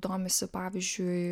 domisi pavyzdžiui